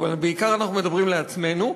אבל בעיקר אנחנו מדברים לעצמנו,